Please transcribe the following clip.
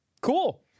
Cool